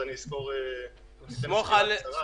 אז אני אסקור סקירה קצרה.